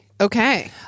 Okay